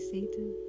Satan